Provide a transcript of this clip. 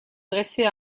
dressait